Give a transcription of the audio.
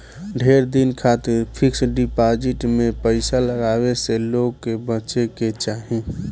ढेर दिन खातिर फिक्स डिपाजिट में पईसा लगावे से लोग के बचे के चाही